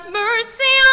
mercy